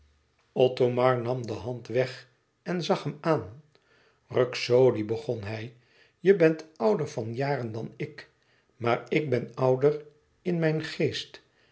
othomar nam de hand weg en zag hem aan ruxodi begon hij je bent ouder van jaren dan ik maar ik ben ouder in mijn geest